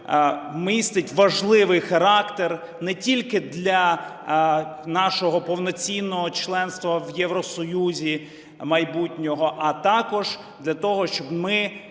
містить важливий характер не тільки для нашого повноцінного членства в Євросоюзі майбутнього, а також для того, щоб ми